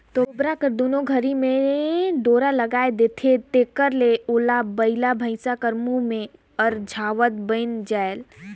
तोबरा कर दुनो घरी मे डोरा लगाए देहे रहथे जेकर ले ओला बइला भइसा कर मुंह मे अरझावत बइन जाए